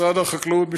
משרד החקלאות,